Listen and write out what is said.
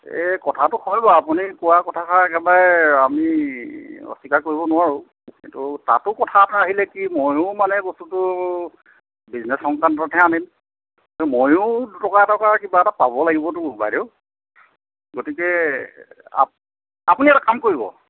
এই কথাটো হয় বাৰু আপুনি কোৱা কথাষাৰ একেবাৰে আমি অস্বীকাৰ কৰিব নোৱাৰোঁ কিন্তু তাতো কথা এটা আহিলে কি মইয়ো মানে বস্তুটো বিজনেজ সংক্ৰান্ততহে আনিম মইয়ো দুটকা এটকা কিবা এটা পাব লাগিবটো বাইদেউ গতিকে আপুনি এটা কাম কৰিব